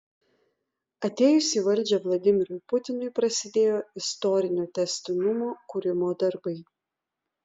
atėjus į valdžią vladimirui putinui prasidėjo istorinio tęstinumo kūrimo darbai